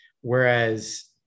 Whereas